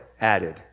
added